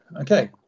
Okay